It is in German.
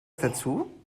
dazu